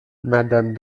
madame